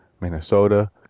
Minnesota